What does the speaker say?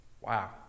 Wow